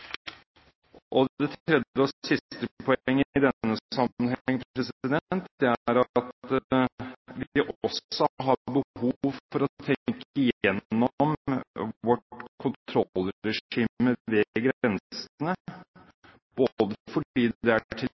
Det tredje og siste poenget i denne sammenheng er at vi også har behov for å tenke gjennom vårt kontrollregime ved grensene, bl.a. fordi det er